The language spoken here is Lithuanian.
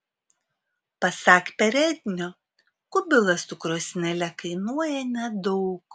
pasak perednio kubilas su krosnele kainuoja nedaug